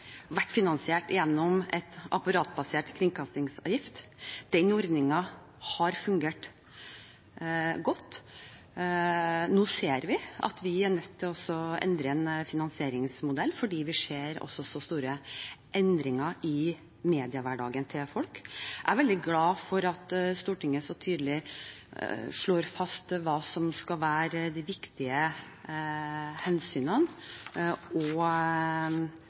finansiert gjennom en apparatbasert kringkastingsavgift. Den ordningen har fungert godt. Nå ser vi at vi er nødt til å endre finansieringsmodell fordi vi ser så store endringer i mediehverdagen til folk. Jeg er veldig glad for at Stortinget så tydelig slår fast hva som skal være de viktige hensynene og